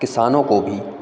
किसानों को भी